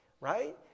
right